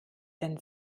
denn